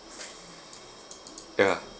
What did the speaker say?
ya